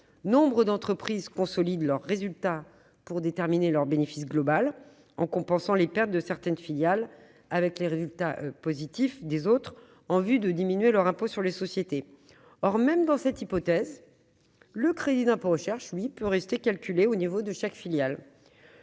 Nombre d'entreprises consolident leurs résultats pour déterminer leur bénéfice global en compensant les pertes de certaines filiales avec les résultats positifs des autres afin de diminuer leur impôt sur les sociétés. Or, même dans cette hypothèse, le CIR peut être calculé au niveau de chaque filiale.